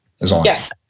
Yes